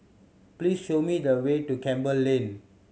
please show me the way to Campbell Lane